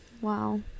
wow